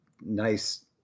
nice